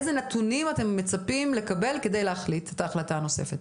איזה נתונים אתם מצפים לקבל כדי להחליט את ההחלטה הנוספת?